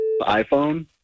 iPhone